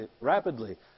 rapidly